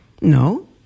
No